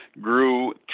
grew